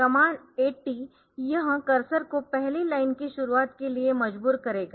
command 80 यह cursor को पहली लाइन की शुरुआत के लिए मजबूर करेगा